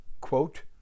quote